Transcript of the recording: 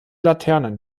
laternen